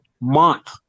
month